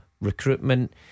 Recruitment